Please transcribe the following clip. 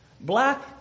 black